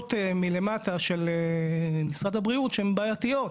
דרישות מלמטה של משרד הבריאות שהן בעייתיות,